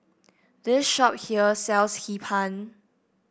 this shop here sells Hee Pan